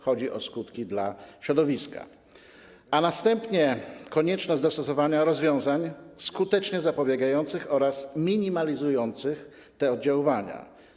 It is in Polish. Chodzi o skutki dla środowiska, a następnie konieczność zastosowania rozwiązań skutecznie zapobiegających oraz minimalizujących te oddziaływania.